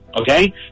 Okay